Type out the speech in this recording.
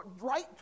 right